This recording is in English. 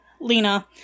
Lena